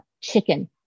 chicken